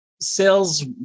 sales